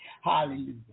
Hallelujah